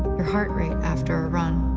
your heart rate after a run